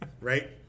Right